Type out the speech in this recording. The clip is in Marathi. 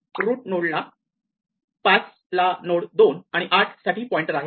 रूट नोड 5 ला नोड 2 आणि 8 साठी पॉइंटर आहेत